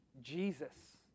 Jesus